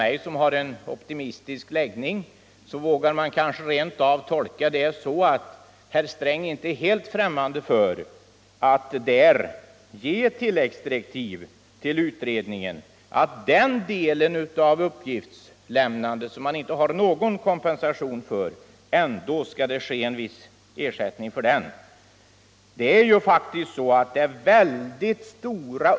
Jag som har en optimistisk läggning vågar kanske tolka herr Sträng så att han inte är helt främmande för att ge tilläggsdirektiv till utredningen om att det skall utgå viss ersättning för den del av uppgiftslämnandet som företagen inte har kompensation för.